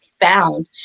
found